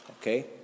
Okay